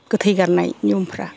गोथै गारनाय नियमफोरा